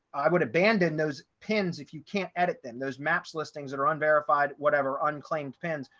i would abandon those pins. if you can't edit them, those maps listings that are unverified, whatever unclaimed pins.